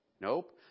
Nope